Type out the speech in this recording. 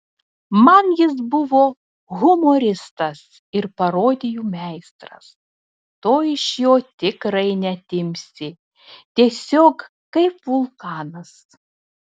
man jis buvo humoristas ir parodijų meistras to iš jo tikrai neatimsi tiesiog kaip vulkanas